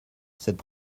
cette